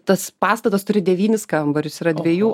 tas pastatas turi devynis kambarius yra dviejų